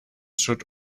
should